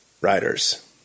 Riders